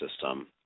system